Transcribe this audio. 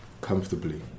comfortably